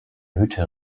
hütte